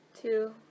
Two